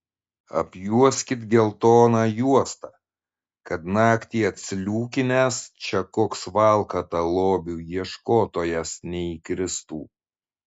apjuoskit geltona juosta kad naktį atsliūkinęs čia koks valkata lobių ieškotojas neįkristų